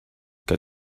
que